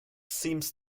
seems